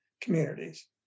communities